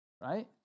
right